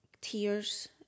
tears